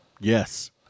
Yes